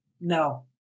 no